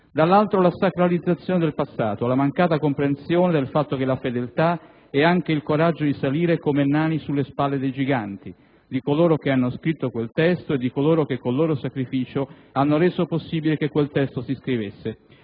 dall'altro la sacralizzazione del passato, la mancata comprensione del fatto che la fedeltà è anche il coraggio di salire come nani sulle spalle dei giganti, di coloro che hanno scritto quel testo e di coloro che con il loro sacrificio hanno reso possibile che quel testo si scrivesse.